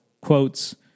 quotes